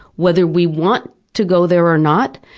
whether we want to go there or not,